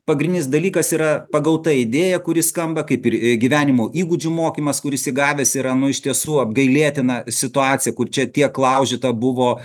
pagrindinis dalykas yra pagauta idėja kuri skamba kaip ir gyvenimo įgūdžių mokymas kuris įgavęs yra nu iš tiesų apgailėtina situacija kur čia tiek laužyta buvo